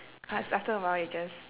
cause after awhile you just